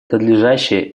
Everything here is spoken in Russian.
надлежащее